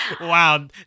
Wow